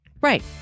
Right